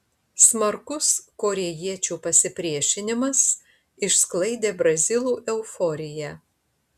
smarkus korėjiečių pasipriešinimas išsklaidė brazilų euforiją